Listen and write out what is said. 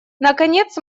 наконец